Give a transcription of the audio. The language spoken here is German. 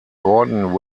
gordon